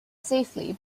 safely